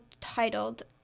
titled